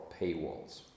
paywalls